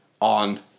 on